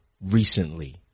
recently